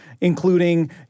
including